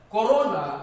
Corona